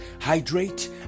Hydrate